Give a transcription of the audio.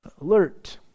Alert